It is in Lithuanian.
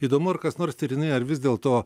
įdomu ar kas nors tyrinėja ar vis dėlto